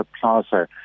Plaza